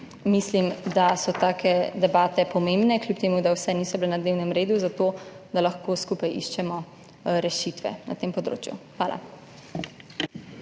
mislim, da so take debate pomembne, kljub temu, da vse niso bile na dnevnem redu, zato da lahko skupaj iščemo rešitve na tem področju. Hvala.